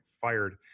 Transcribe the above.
fired